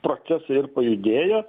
procesai ir pajudėjo